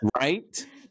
Right